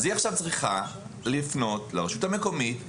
היא עכשיו צריכה לפנות לרשות המקומית.